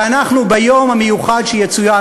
ואנחנו ביום המיוחד שיצוין,